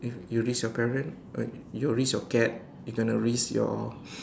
you risk your parent or you risk your cat you going to risk your